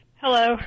Hello